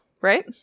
right